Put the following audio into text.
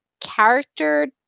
character